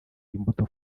imbuto